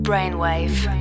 Brainwave